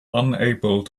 unable